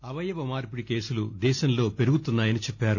అవయ మార్చిడి కేసులు దేశంలో పెరుగుతున్నాయని చెప్పారు